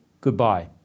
goodbye